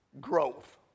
growth